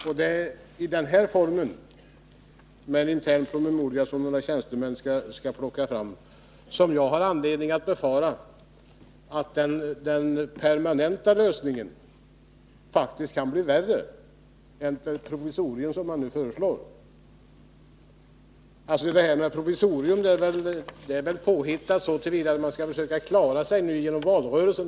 Med tanke på arbetsmetoden att låta några tjänstemän plocka fram en intern promemoria tycker jag att jag har anledning befara att den permanenta lösningen faktiskt kan bli värre än det provisorium som nu föreslås. Det här med provisorium är väl påhittat för att man skall försöka klara sig igenom valrörelsen.